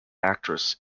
actress